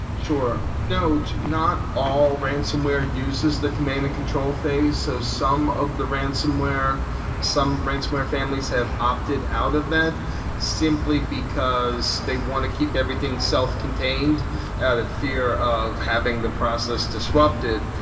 sure. note not all ransonware uses the command and control phase. so some of the ransonware some ransonware families have opted out of that simply because they want to keep everything self-contained out of fear of having the process disrupted.